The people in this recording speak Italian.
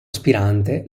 aspirante